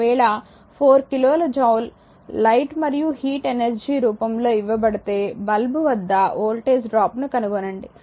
ఒకవేళ 4 కిలోల joule light మరియు హీట్ ఎనర్జీ రూపంలో ఇవ్వబడితే బల్బు వద్ద వోల్టేజ్ డ్రాప్ను కనుగొనండి